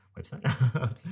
website